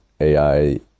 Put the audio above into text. AI